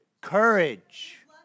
Courage